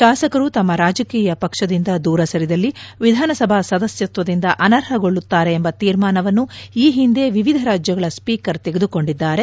ಶಾಸಕರು ತಮ್ಮ ರಾಜಕೀಯ ಪಕ್ವದಿಂದ ದೂರ ಸರಿದಲ್ಲಿ ವಿಧಾನಸಭಾ ಸದಸ್ಯತ್ವದಿಂದ ಅನರ್ಹಗೊಳ್ಳುತ್ತಾರೆ ಎಂಬ ತೀರ್ಮಾನವನ್ನು ಈ ಹಿಂದೆ ವಿವಿಧ ರಾಜ್ಯಗಳ ಸ್ವೀಕರ್ ತೆಗೆದುಕೊಂಡಿದ್ದಾರೆ